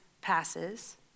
passes